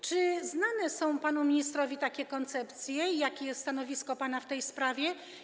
Czy znane są panu ministrowi takie koncepcje i jakie jest stanowisko pana w tej sprawie?